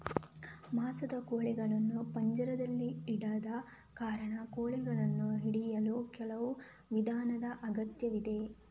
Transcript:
ಮಾಂಸದ ಕೋಳಿಗಳನ್ನು ಪಂಜರದಲ್ಲಿ ಇಡದ ಕಾರಣ, ಕೋಳಿಗಳನ್ನು ಹಿಡಿಯಲು ಕೆಲವು ವಿಧಾನದ ಅಗತ್ಯವಿದೆ